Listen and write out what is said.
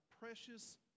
precious